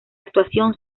actuación